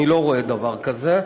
אני לא רואה דבר כזה.